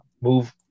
move